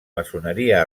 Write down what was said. maçoneria